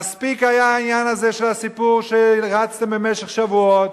מספיק היה העניין הזה של הסיפור שהרצתם במשך שבועות.